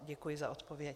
Děkuji za odpověď.